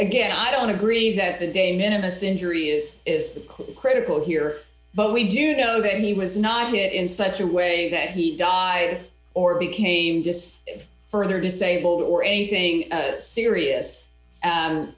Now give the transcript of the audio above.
again i don't agree that the de minimus injury is is the pool critical here but we do know that he was not hit in such a way that he die or became just further disabled or anything serious